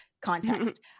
Context